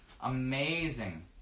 Amazing